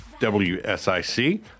wsic